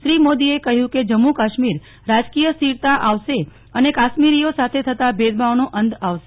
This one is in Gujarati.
શ્રી મોદીએ કહ્યું કે જમ્મુ કાશ્મીર રાજકીય સ્થિરતા આવશે અને કાશ્મીરીઓ સાથે થતા ભેદભાવનો અંત આવશે